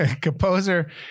Composer